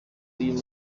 uyu